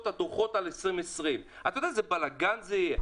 את הדו"חות על 2020. אתה יודע איזה בלגן זה יהיה?